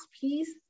piece